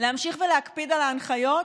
להמשיך ולהקפיד על ההנחיות,